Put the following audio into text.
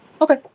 Okay